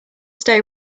stay